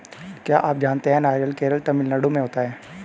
क्या आप जानते है नारियल केरल, तमिलनाडू में होता है?